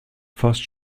fast